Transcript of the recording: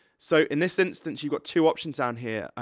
so, in this instance, you've got two options down here,